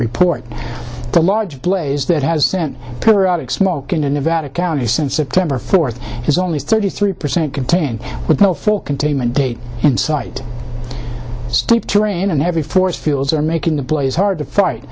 report the large blaze that has sent periodic small can in nevada county since september fourth is only thirty three percent contained with no full containment date in sight steep terrain and every force fields are making the blaze hard to fight